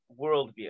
worldview